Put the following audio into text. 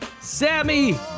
sammy